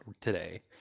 today